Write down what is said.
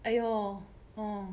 !aiyo! orh